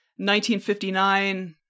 1959